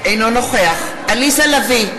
נוכח עליזה לביא,